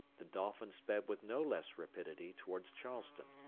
the dolphin sped with no less rapidity towards charleston.